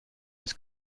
his